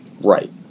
Right